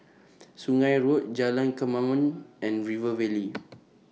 Sungei Road Jalan Kemaman and River Valley